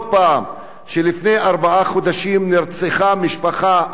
פעם שלפני ארבעה חודשים נרצחה משפחה,